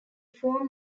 form